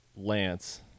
Lance